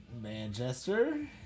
Manchester